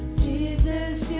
jesus